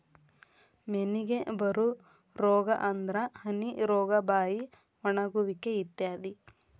ಮೇನಿಗೆ ಬರು ರೋಗಾ ಅಂದ್ರ ಹನಿ ರೋಗಾ, ಬಾಯಿ ಒಣಗುವಿಕೆ ಇತ್ಯಾದಿ